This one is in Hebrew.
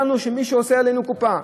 ידענו שמישהו עושה עלינו קופה.